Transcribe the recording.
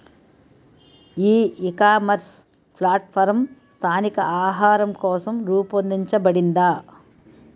ఈ ecommerce platform స్థానిక ఆహారం కోసం రూపొందించబడిందా?